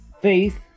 faith